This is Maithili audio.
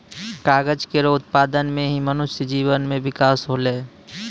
कागज केरो उत्पादन सें ही मनुष्य जीवन म बिकास होलै